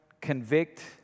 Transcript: convict